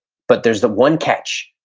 but there's the one catch.